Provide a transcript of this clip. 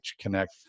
Connect